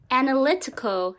analytical